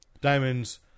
Diamond's